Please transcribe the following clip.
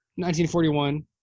1941